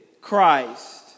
Christ